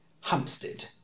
Hampstead